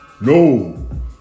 No